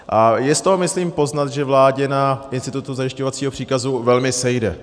A je z toho myslím poznat, že vládě na institutu zajišťovacího příkazu velmi sejde.